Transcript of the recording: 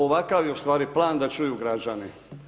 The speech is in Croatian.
Ovakav je ustvari plan da čuju građani.